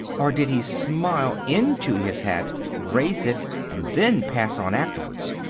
or did he smile into his hat, raise it, and then pass on afterwards?